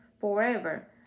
forever